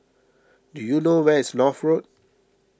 do you know where is North Road